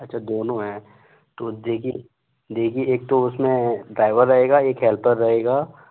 अच्छा दोनों हैं तो देखिए देखिए एक तो उसमें ड्राइवर रहेगा एक हेल्पर रहेगा